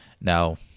Now